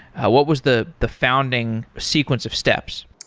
what was the the founding sequence of steps?